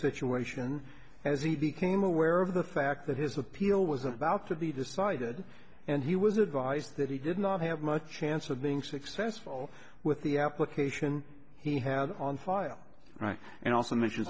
situation as he became aware of the fact that his appeal was about to be decided and he was advised that he did not have much chance of being successful with the application he had on file right and also m